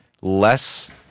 less